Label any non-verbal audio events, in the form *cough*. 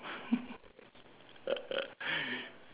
*laughs*